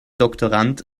doktorand